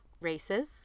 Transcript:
races